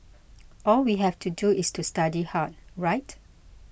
all we have to do is to study hard right